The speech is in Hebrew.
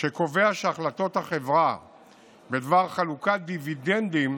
שקובע שהחלטות החברה בדבר חלוקת דיבידנדים